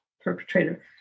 perpetrator